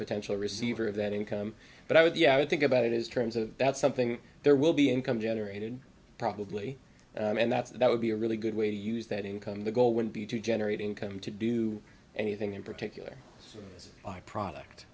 potential receiver of that income but i would yeah i would think about it is terms of that's something there will be income generated probably and that's that would be a really good way to use that income the goal would be to generate income to do anything in particular as a product